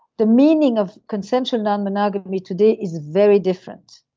the meaning of consensual non-monogamy today is very different.